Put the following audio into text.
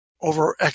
over